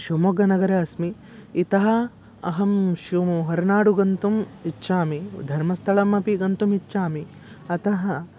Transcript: शुमोग्गनगरे अस्मि इतः अहं शु हर्नाडुं गन्तुम् इच्छामि धर्मस्थलमपि गन्तुमिच्छामि अतः